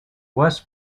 west